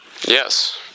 Yes